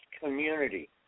community